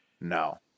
No